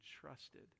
trusted